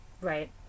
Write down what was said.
Right